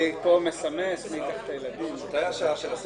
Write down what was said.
ודאי.